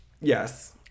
Yes